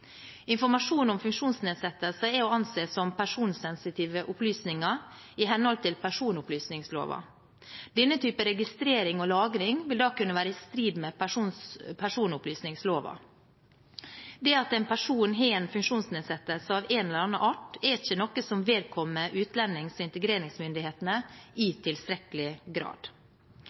informasjon. Informasjon om funksjonsnedsettelse er å anse som personsensitive opplysninger i henhold til personopplysningsloven. Denne typen registrering og lagring vil da kunne være i strid med personopplysningsloven. Det at en person har en funksjonsnedsettelse av en eller annen art, er ikke noe som vedkommer utlendings- og integreringsmyndighetene i tilstrekkelig grad.